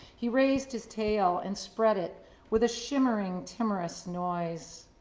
he raised his tail and spread it with a shimmering timerous noise.